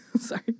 sorry